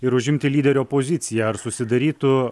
ir užimti lyderio poziciją ar susidarytų